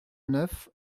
neuf